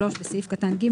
בסעיף קטן (ג),